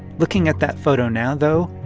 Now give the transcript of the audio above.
looking at that photo now, though,